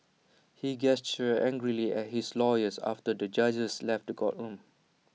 he gestured angrily at his lawyers after the judges left the courtroom